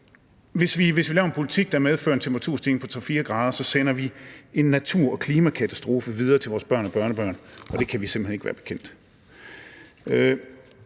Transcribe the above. hvis vi laver en politik, der medfører en temperaturstigning på 3-4 grader, sender vi en natur- og klimakatastrofen videre til vores børn og børnebørn. Det kan vi simpelt hen ikke være bekendt.